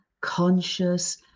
conscious